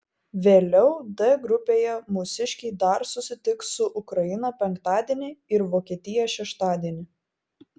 vėliau d grupėje mūsiškiai dar susitiks su ukraina penktadienį ir vokietija šeštadienį